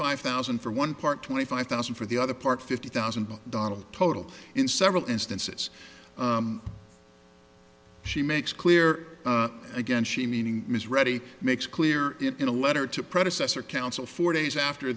five thousand for one part twenty five thousand for the other part fifty thousand donald total in several instances she makes clear again she meaning ms ready makes clear in a letter to predecessor counsel four days after